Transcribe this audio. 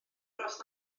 dros